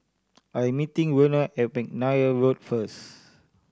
I'm meeting Werner at McNair Road first